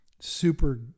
Super